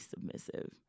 submissive